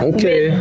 Okay